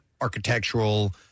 architectural